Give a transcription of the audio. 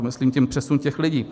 Myslím tím přesun těch lidí.